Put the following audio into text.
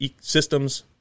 systems